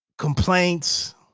complaints